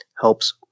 helps